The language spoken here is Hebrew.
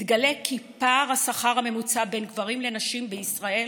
מתגלה כי פער השכר הממוצע בין גברים לנשים בישראל